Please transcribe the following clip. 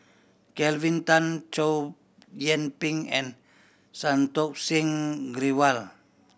Kelvin Tan Chow Yian Ping and Santokh Singh Grewal